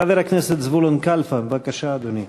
חבר הכנסת זבולון קלפה, בבקשה, אדוני.